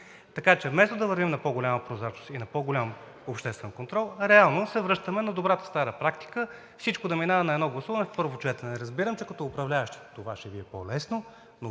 Така че вместо да вървим на по-голяма прозрачност и на по голям обществен контрол, реално се връщаме на добрата стара практика – всичко да минава на едно гласуване в първо четене. Разбирам, че като управляващи това ще Ви е по-лесно,